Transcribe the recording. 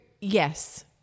yes